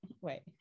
wait